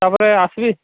ତାପରେ ଆସବି